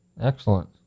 Excellent